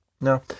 Now